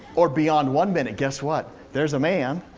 or beyond one minute? guess what? there's a man,